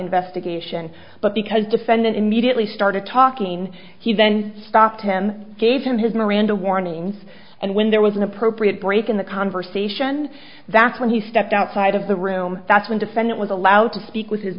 investigation but because defendant immediately started talking he then stopped him gave him his miranda warnings and when there was an appropriate break in the conversation that's when he stepped outside of the room that's when defendant was allowed to speak with his